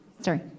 Sorry